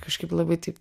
kažkaip labai taip